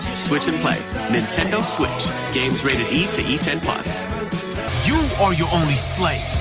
switch and play. nintendo switch. games rated e to e ten. you are your only slave.